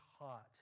hot